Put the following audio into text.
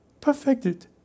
perfected